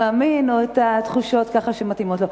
מאמין" או את התחושות שמתאימות לו.